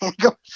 Go